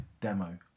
demo